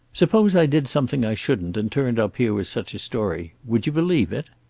suppose i did something i shouldn't and turned up here with such a story, would you believe it?